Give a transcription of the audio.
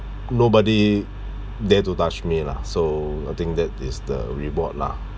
nobody dare to touch me lah so I think that is the reward lah